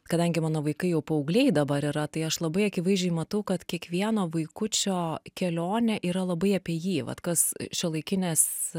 kadangi mano vaikai jau paaugliai dabar yra tai aš labai akivaizdžiai matau kad kiekvieno vaikučio kelionė yra labai apie jį vat kas šiuolaikinės